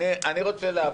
אני רוצה להבין.